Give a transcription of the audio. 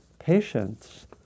Patience